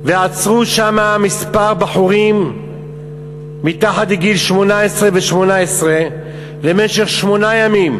ועצרו שם כמה בחורים מתחת לגיל 18 ובני 18 למשך שמונה ימים,